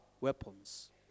weapons